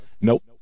Nope